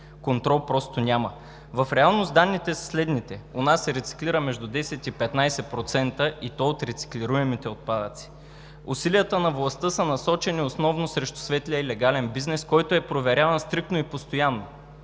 Контрол просто няма. В реалност данните са следните: у нас се рециклират между 10 и 15%, и то от рециклируемите отпадъци. Усилията на властта са насочени основно срещу светлия и легален бизнес, който е проверяван стриктно и постоянно.